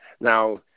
Now